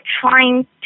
trying